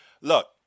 Look